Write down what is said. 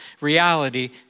reality